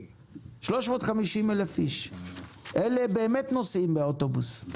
350,000 איש, הרבה מהם באמת נוסעים באוטובוס.